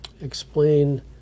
explain